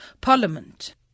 Parliament